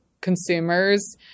consumers